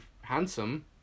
handsome